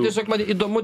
tiesiog man įdomu